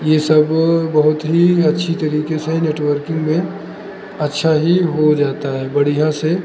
ये सब बहुत ही अच्छी तरीके से नेटवर्किंग में अच्छा ही हो जाता है बढ़िया से